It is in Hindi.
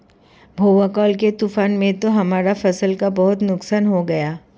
भैया कल के तूफान में तो हमारा फसल का बहुत नुकसान हो गया